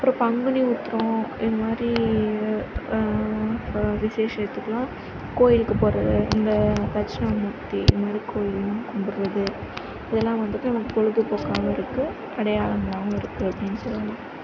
அப்புறோம் பங்குனி உத்ரம் இந்த மாதிரி விசேஷத்துக்கலாம் கோயிலுக்கு போகிறது இந்த தட்ஷணாமூர்த்தி இந்த மாதிரி கோயில்லாம் கும்பிட்றது இதுலாம் வந்துவிட்டு நமக்கு பொழுது போக்காகவும் இருக்கு அடையாளமாகவும் இருக்கு அப்படின் சொல்லலாம்